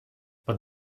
but